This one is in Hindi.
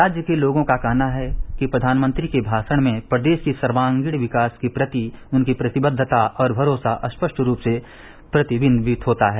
राज्य के लोगों का कहना है कि प्रधानमंत्री के भाषण में प्रदेश के सर्वागीण विकास के प्रति उनकी प्रतिबद्धता और भरोसा स्पष्ट रूप से प्रतिबिम्बित होता है